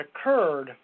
occurred